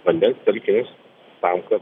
vandens telkinius tam kad